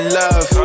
love